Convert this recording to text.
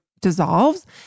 dissolves